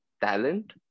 talent